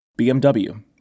BMW